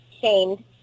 shamed